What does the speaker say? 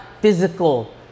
physical